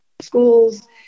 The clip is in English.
schools